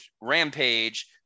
Rampage